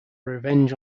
revenge